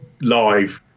live